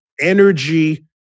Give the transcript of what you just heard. energy